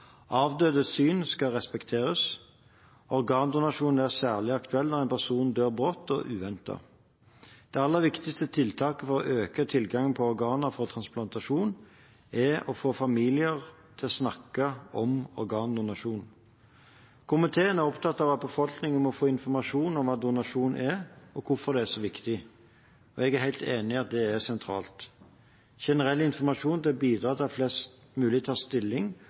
syn skal respekteres. Organdonasjon er særlig aktuelt når en person dør brått og uventet. Det aller viktigste tiltaket for å øke tilgangen på organer for transplantasjon er å få familier til å snakke om organdonasjon. Komiteen er opptatt av at befolkningen må få informasjon om hva donasjon er, og hvorfor det er så viktig. Jeg er helt enig i at det er sentralt. Generell informasjon vil bidra til at flest mulig tar stilling,